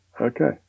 Okay